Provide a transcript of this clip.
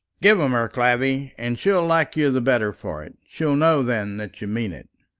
give em her, clavvy, and she'll like you the better for it. she'll know then that you mean it.